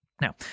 Now